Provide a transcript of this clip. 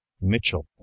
Mitchell